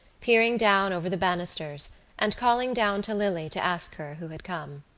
peering down over the banisters and calling down to lily to ask her who had come.